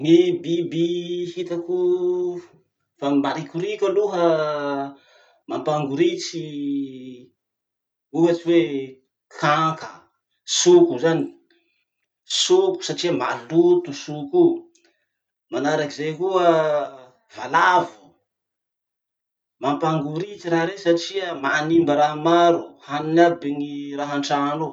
Ny biby hitako fa marikoriko aloha ah, mampangoritsy, ohatsy hoe kanka, soko zany, soko satria maloto soko o. Manaraky zay koa valavo. Mampangoritsy raha rey satria manimba raha maro, haniny aby ny raha antrano ao.